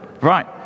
Right